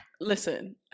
Listen